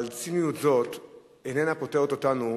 אבל ציניות זו איננה פוטרת אותנו